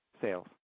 sales